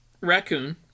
Raccoon